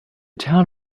town